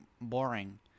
boring